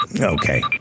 Okay